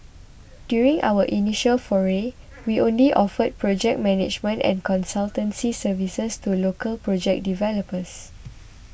during our initial foray we only offered project management and consultancy services to local project developers